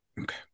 Okay